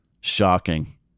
Shocking